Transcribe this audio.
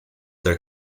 their